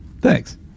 thanks